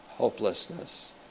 Hopelessness